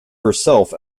herself